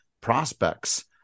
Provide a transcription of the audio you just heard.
prospects